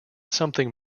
something